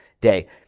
day